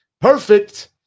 perfect